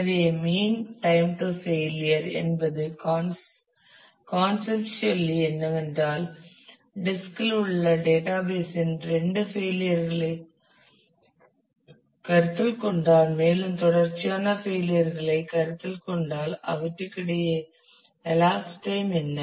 எனவே mean time to failure என்பது conceptually என்னவென்றால் டிஸ்க் இல் உள்ள டேட்டாபேஸ் இன் இரண்டு ஃபெயிலியர்களை கருத்தில் கொண்டால் மேலும் தொடர்ச்சியான ஃபெயிலியர்களை கருத்தில் கொண்டால் அவற்றுக்கிடையே எலாப்ஸ் டைம் என்ன